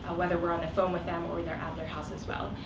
ah whether we're on the phone with them or they're at their house, as well.